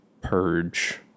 purge